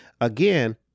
Again